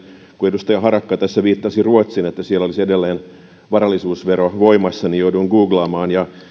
kun edustaja harakka tässä viittasi ruotsiin että siellä olisi edelleen varallisuusvero voimassa niin jouduin googlaamaan ja